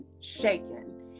shaken